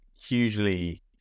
hugely